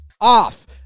off